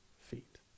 feet